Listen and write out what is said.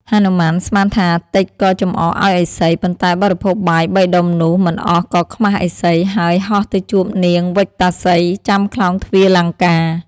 ហនុមានស្មានថាតិចក៏ចំអកឱ្យឥសី ប៉ុន្តែបរិភោគបាយបីដុំនោះមិន អស់ក៏ខ្មាស់ឥសី ហើយហោះទៅជួបនាងវិកតាសី ចាំក្លោងទ្វារលង្កា។